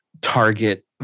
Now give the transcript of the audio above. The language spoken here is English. target